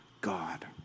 God